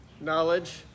knowledge